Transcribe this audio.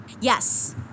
Yes